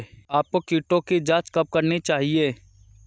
आपको कीटों की जांच कब करनी चाहिए?